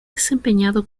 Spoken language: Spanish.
desempeñado